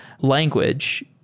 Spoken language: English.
language